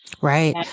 Right